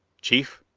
chief?